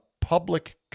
public